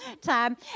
time